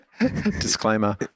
Disclaimer